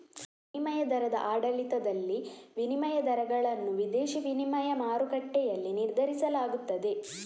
ವಿನಿಮಯ ದರದ ಆಡಳಿತದಲ್ಲಿ, ವಿನಿಮಯ ದರಗಳನ್ನು ವಿದೇಶಿ ವಿನಿಮಯ ಮಾರುಕಟ್ಟೆಯಲ್ಲಿ ನಿರ್ಧರಿಸಲಾಗುತ್ತದೆ